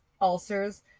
ulcers